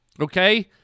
Okay